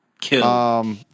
Kill